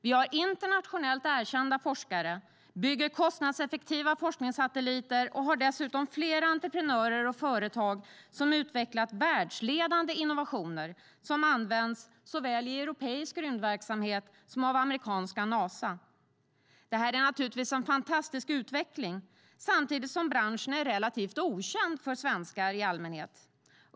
Vi har internationellt erkända forskare, bygger kostnadseffektiva forskningssatelliter och har dessutom flera entreprenörer och företag som har utvecklat världsledande innovationer vilka används såväl i europeisk rymdverksamhet som av amerikanska Nasa. Detta är naturligtvis en fantastisk utveckling, samtidigt som branschen är relativt okänd för svenskar i allmänhet.